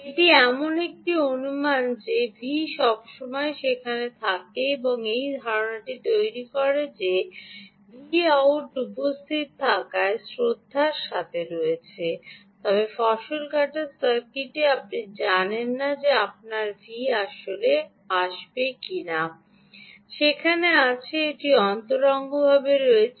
এটি এমন একটি অনুমান করে যে V¿ সবসময় সেখানে থাকে এই ধারণাটি তৈরি করে যে Vout উপস্থিত থাকায় শ্রদ্ধার সাথে রয়েছে তবে ফসল কাটার সার্কিটে আপনি জানেন না যে আপনার V¿ আসলে আসবে কিনা সেখানে আছে এটি অন্তরঙ্গভাবে রয়েছে